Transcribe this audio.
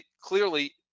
clearly